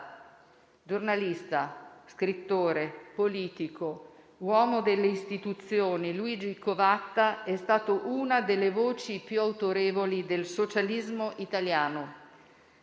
Giornalista, scrittore, politico, uomo delle Istituzioni, Luigi Covatta è stato una delle voci più autorevoli del socialismo italiano,